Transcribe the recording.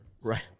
Right